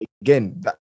again